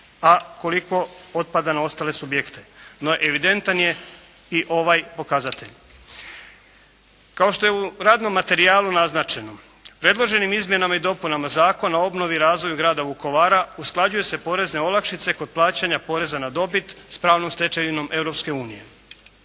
a koliko otpada na ostale subjekte. No, evidentan je i ovaj pokazatelj. Kao što je u radnom materijalu naznačeno, predloženim izmjenama i dopunama Zakona o obnovi i razvoju grada Vukovara usklađuju se porezne olakšice kod plaćanja poreza na dobit s pravnom stečevinom